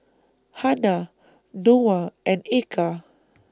Hana Noah and Eka